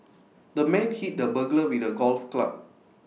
the man hit the burglar with A golf club